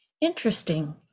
Interesting